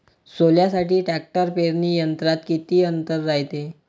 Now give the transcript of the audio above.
सोल्यासाठी ट्रॅक्टर पेरणी यंत्रात किती अंतर रायते?